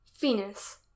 Venus